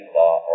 law